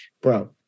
bro